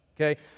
Okay